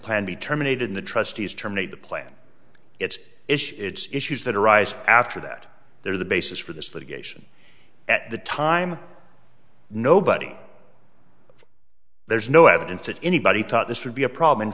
plan be terminated the trustees terminate the plan it's issue it's issues that arise after that they're the basis for this litigation at the time nobody there's no evidence that anybody thought this would be a problem in